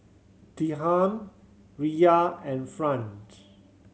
Dirham Riyal and Franc